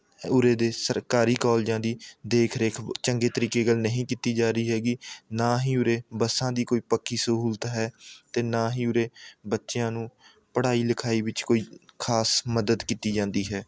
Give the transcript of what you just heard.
ਉਰੇ ਦੇ ਸਰਕਾਰੀ ਕਾਲਜਾਂ ਦੀ ਦੇਖਰੇਖ ਚੰਗੇ ਤਰੀਕੇ ਨਾਲ ਨਹੀਂ ਕੀਤੀ ਜਾ ਰਹੀ ਹੈਗੀ ਨਾ ਹੀ ਉਰੇ ਬੱਸਾਂ ਦੀ ਕੋਈ ਪੱਕੀ ਸਹੂਲਤ ਹੈ ਅਤੇ ਨਾ ਹੀ ਉਰੇ ਬੱਚਿਆਂ ਨੂੰ ਪੜ੍ਹਾਈ ਲਿਖਾਈ ਵਿੱਚ ਕੋਈ ਖਾਸ ਮਦਦ ਕੀਤੀ ਜਾਂਦੀ ਹੈ